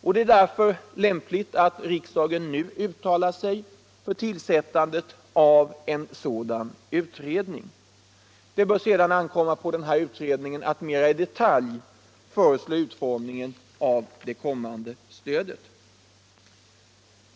Därför är det lämpligt att riksdagen nu uttalar sig för tillsättandet av en dylik utredning. Det bör sedan ankomma på denna utredning att i detalj föreslå utformningen av det kommande stödet.